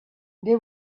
they